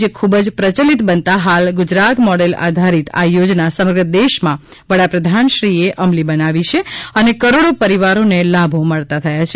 જે ખૂબ જ પ્રચલીત બનતા હાલ ગુજરાત મોડલ આધારિત આ યોજના સમગ્ર દેશમાં વડાપ્રધાનશ્રીએ અમલી બનાવી છે અને કરોડો પરિવારોને લાભો મળતા થયા છે